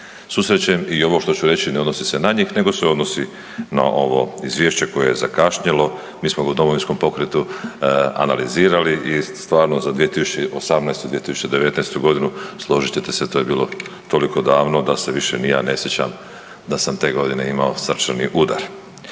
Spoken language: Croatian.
susrećem i ovo što ću reći ne odnosi se na njih nego se odnosi na ovo izvješće koje je zakašnjelo. Mi smo ga u Domovinskom pokretu analizirali i stvarno za 2018. i 2019.g., složit ćete se, to je bilo toliko davno da se više ni ja ne sjećam da sam te godine imao srčani udar.